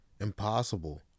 impossible